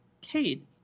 Kate